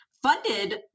Funded